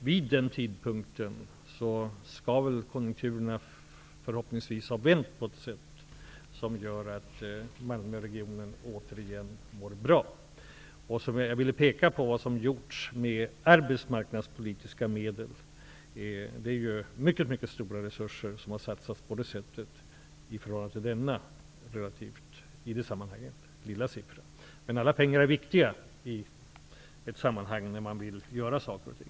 Vid den tidpunkten skall väl konjunkturerna förhoppningsvis ha vänt på ett sådant sätt att Malmöregionen återigen mår bra. Jag vill också peka på vad som har gjorts med arbetsmarknadspolitiska medel. Det är mycket stora resurser som har satsats i detta sammanhang i förhållande till den relativt lilla summan 77 miljoner. Men alla pengar är viktiga i ett sammanhang när man vill göra saker och ting.